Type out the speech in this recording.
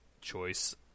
choice